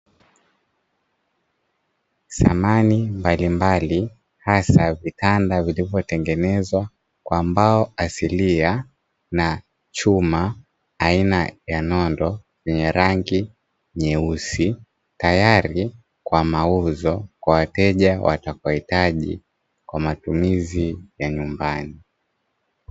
Samani mbalimbali hasa vitanda vilivyotengenezwa kwa mbao asilia na chuma aina ya nondo zenye rangi nyeusi, tayari kwa mauzo kwa wateja watakapohitaji kwa matumizi ya nyumbani.